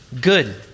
good